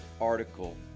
article